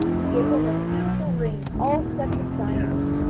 who gave him a beautiful ring, all set with diamonds.